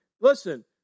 listen